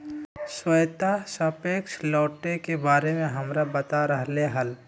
श्वेता सापेक्ष लौटे के बारे में हमरा बता रहले हल